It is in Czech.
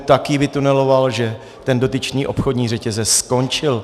Tak ji vytunelovala, že dotyčný obchodní řetězec skončil.